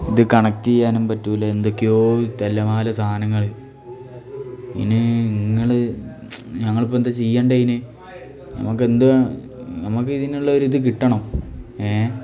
ഇത് കണക്ട് ചെയ്യാനും പറ്റില്ല എന്തൊക്കെയോ തല്ലുമാല സാധനങ്ങൾ ഇനി നിങ്ങൾ ഞങ്ങളിപ്പോൾ എന്താ ചെയ്യേണ്ടത് അതിന് നമുക്കെന്ത് നമുക്കിതിനുള്ള ഒരിത് കിട്ടണം ഏഹ്